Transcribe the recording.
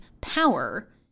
power